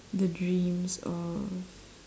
the dreams of